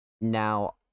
now